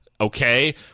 okay